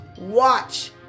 watch